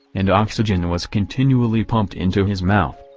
and oxygen was continually pumped into his mouth.